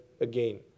again